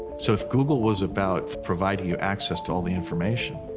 so if google was about providing you access to all the information,